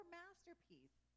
masterpiece